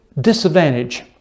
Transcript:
disadvantage